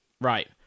Right